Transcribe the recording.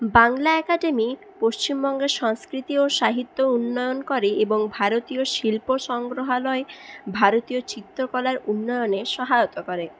Bangla academy পশ্চিমবঙ্গের সংস্কৃতি ও সাহিত্য উন্নয়ন করে এবং ভারতীয় শিল্প সংগ্রহালয় ভারতীয় চিত্রকলার উন্নয়নে সহায়তা করে